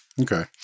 Okay